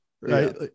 Right